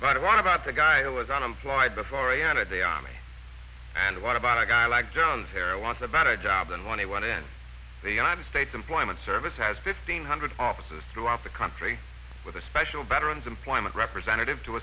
i want about the guy who was unemployed before in a day and what about a guy like jones era was a better job than when he went in the united states employment service has fifteen hundred offices throughout the country with a special veterans employment representative to